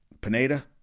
Pineda